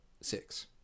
six